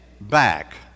back